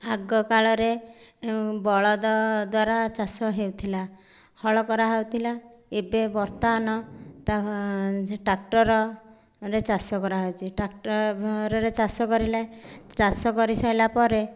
ଆଗ କାଳରେ ବଳଦ ଦ୍ୱାରା ଚାଷ ହେଉଥିଲା ହଳ କରାହେଉଥିଲା ଏବେ ବର୍ତ୍ତମାନ ଟ୍ରାକ୍ଟରରେ ଚାଷ କରାଯାଉଛି ଟ୍ରାକ୍ଟରରେ ଚାଷ କରିଲେ ଚାଷ କରି ସାରିଲା ପରେ